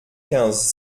quinze